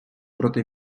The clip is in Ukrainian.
проти